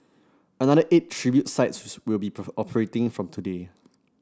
another eight tribute sites will be operating from today